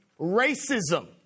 racism